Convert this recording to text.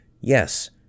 yes